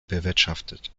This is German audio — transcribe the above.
bewirtschaftet